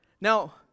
Now